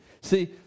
See